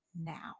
now